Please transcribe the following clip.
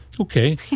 Okay